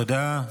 תודה.